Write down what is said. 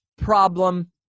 problem